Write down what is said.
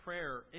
prayer